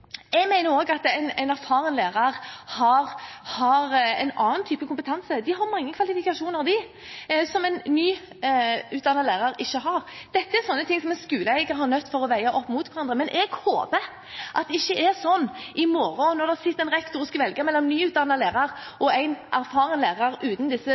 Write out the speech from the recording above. at en erfaren lærer har en annen type kompetanse. De har mange kvalifikasjoner som en nyutdannet lærer ikke har. Dette er sånne ting som en skoleeier er nødt til å veie opp mot hverandre. Men jeg håper at det ikke er sånn i morgen når det sitter en rektor og skal velge mellom en nyutdannet lærer og en erfaren lærer uten disse